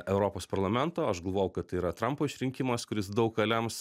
europos parlamento aš galvojau kad tai yra trampo išrinkimas kuris daug ka lems